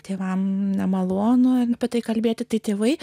tėvams nemalonu apie tai kalbėti tai tėvai